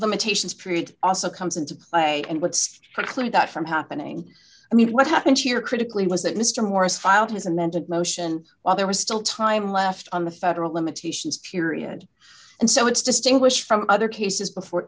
limitations period also comes into play and what's preclude that from happening i mean what happened here critically was that mr morris filed his amended motion while there was still time left on the federal limitations period and so it's distinguished from other cases before